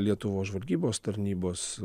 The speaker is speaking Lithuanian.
lietuvos žvalgybos tarnybos